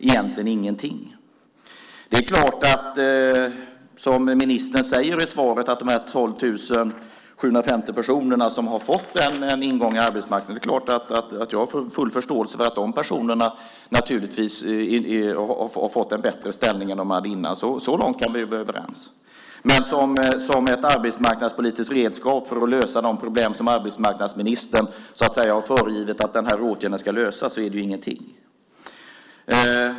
Egentligen ingenting. Det är klart att, som ministern säger i svaret, de 12 750 personer som har fått en ingång till arbetsmarknaden har fått en bättre ställning än de hade innan. Det har jag full förståelse för. Så långt kan vi vara överens. Men som ett arbetsmarknadspolitiskt redskap för att lösa de problem som arbetsmarknadsministern har föregivit att den här åtgärden ska lösa är det ingenting.